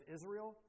Israel